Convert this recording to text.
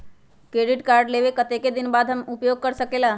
Credit card लेबे के कतेक दिन बाद हम उपयोग कर सकेला?